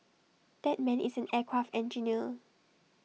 that man is an aircraft engineer